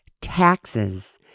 taxes